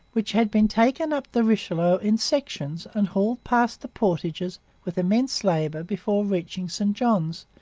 which had been taken up the richelieu in sections and hauled past the portages with immense labour before reaching st johns,